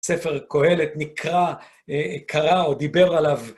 ספר קוהלת נקרא, קרא או דיבר עליו.